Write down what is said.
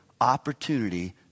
opportunity